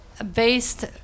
Based